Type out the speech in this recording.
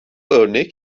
örnek